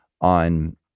on